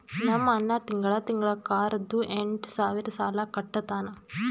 ನಮ್ ಅಣ್ಣಾ ತಿಂಗಳಾ ತಿಂಗಳಾ ಕಾರ್ದು ಎಂಟ್ ಸಾವಿರ್ ಸಾಲಾ ಕಟ್ಟತ್ತಾನ್